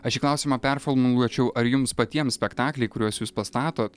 aš šį klausimą performuluočiau ar jums patiems spektakliai kuriuos jūs pastatot